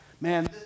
Man